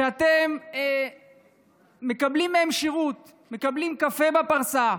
שאתם מקבלים מהם שירות, מקבלים קפה בפרסה.